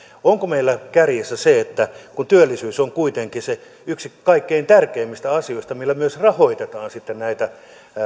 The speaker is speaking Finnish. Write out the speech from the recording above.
onko meillä kärjessä se että työllisyys on kuitenkin se yksi kaikkein tärkeimmistä asioista millä myös rahoitetaan sitten näitä